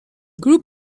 group